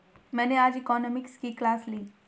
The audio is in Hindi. मैंने आज इकोनॉमिक्स की क्लास ली